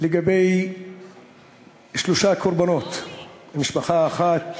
לגבי שלושה קורבנות ממשפחה אחת,